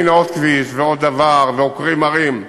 הנה עוד כביש ועוד דבר ועוקרים הרים,